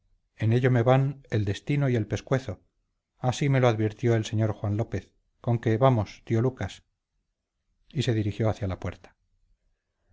en ello me van el destino y el pescuezo así me lo advirtió el señor juan lópez conque vamos tío lucas y se dirigió hacia la puerta